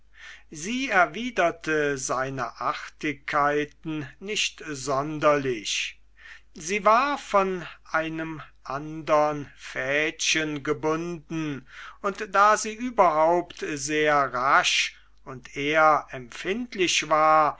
sie erwiderte seine artigkeiten nicht sonderlich sie war von einem andern fädchen gebunden und da sie überhaupt sehr rasch und er empfindlich war